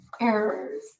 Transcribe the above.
errors